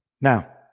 Now